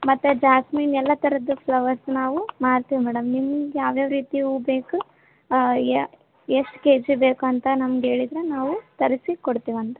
ಮತ್ತೆ ಜಾಸ್ಮಿನ್ ಎಲ್ಲ ಥರದ್ ಫ್ಲವರ್ಸ್ ನಾವು ಮಾರ್ತೀವಿ ಮೇಡಮ್ ನಿಮ್ಗೆ ಯಾವ್ಯಾವ ರೀತಿ ಹೂ ಬೇಕು ಎಷ್ಟು ಕೆ ಜಿ ಬೇಕು ಅಂತ ನಮ್ಗೆ ಹೇಳಿದ್ರೆ ನಾವು ತರಿಸಿ ಕೊಡ್ತೀವಂತೆ